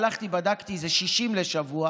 הלכתי, בדקתי: זה 60 לשנה.